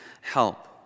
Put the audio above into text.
help